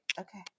okay